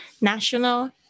National